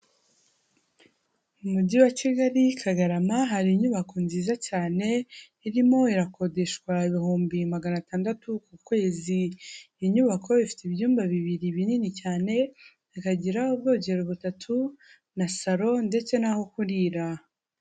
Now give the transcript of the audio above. Mu mujyi wa Kigali Kagarama, hari inyubako nziza cyane irimo irakodeshwa ibihumbi magana atandatu ku kwezi, iyi nyubako ifite ibyumba bibiri binini cyane, ikagira ubwogero butatu na salo ndetse naho kurira.